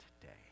today